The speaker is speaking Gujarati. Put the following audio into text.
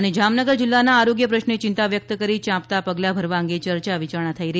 અને જામનગર જિલ્લાના આરોગ્ય પ્રશ્ને ચિંતા વ્યક્ત કરી ચાંપતા પગલાં ભરવા અંગે ચર્ચા વિચારણા કરાઈ છે